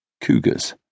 cougars